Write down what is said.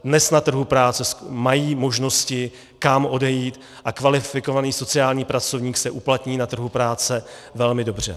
Dnes na trhu práce mají možnosti, kam odejít, a kvalifikovaný sociální pracovník se uplatní na trhu práce velmi dobře.